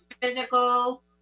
physical